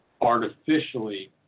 artificially